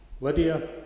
Lydia